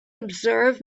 observe